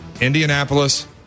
Indianapolis